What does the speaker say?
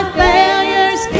failures